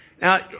Now